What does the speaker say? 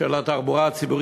של התחבורה הציבורית,